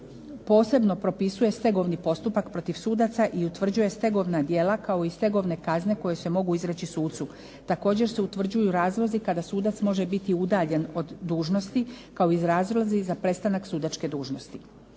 posebno propisuje stegovni postupak protiv sudaca i utvrđuje stegovna djela kao i stegovne kazne koje se mogu izreći sucu. Također se utvrđuju razlozi kada sudac može biti udaljen od dužnosti kao i razlozi za prestanak sudačke dužnosti.